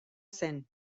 zen